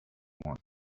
want